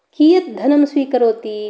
कीयत् धनं स्वीकरोति